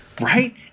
Right